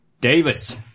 Davis